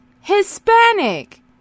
Hispanic